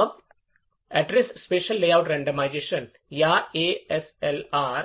अब address space layout randomisation या ASLR